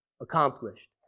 accomplished